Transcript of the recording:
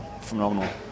Phenomenal